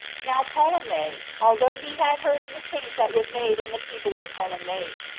now ptolemy, although he had heard of the change that was made in the people of ptolemais,